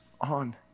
on